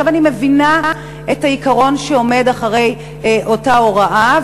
אני מבינה את העיקרון שעומד מאחורי אותה הוראה,